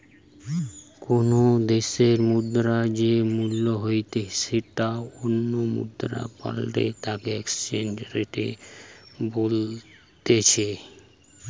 কোনো দ্যাশের মুদ্রার যেই মূল্য হইতে সেটো অন্য মুদ্রায় পাল্টালে তাকে এক্সচেঞ্জ রেট বলতিছে